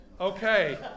okay